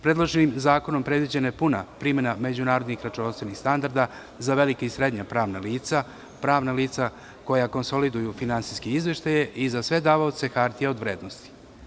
Predloženim zakonom predviđena je puna primena međunarodnih računovodstvenih standarda za velika i srednja pravna lica, pravna lica koja konsoliduju finansijske izveštaje i za sve davaoce hartije od vrednosti.